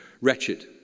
wretched